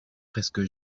presque